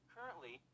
Currently